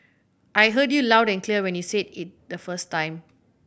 I heard you loud and clear when you said it the first time